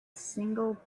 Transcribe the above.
single